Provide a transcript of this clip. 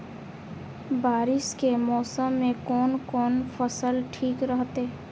बारिश के मौसम में कोन कोन फसल ठीक रहते?